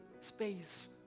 space